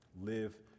Live